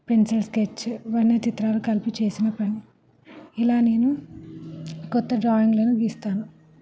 pencil sketch వన్నె చిత్రాలు కలిపి చేసిన పని ఇలా నేను కొత్త డ్రాయింగ్లను గీస్తాను